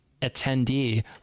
attendee